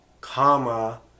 comma